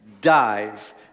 Dive